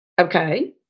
Okay